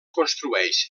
construeix